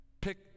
pick